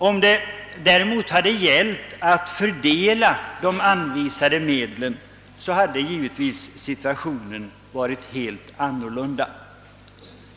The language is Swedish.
Om det däremot hade gällt att fördela de anvisade medlen, hade givetvis situationen varit helt annorlunda.